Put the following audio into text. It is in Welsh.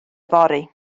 fory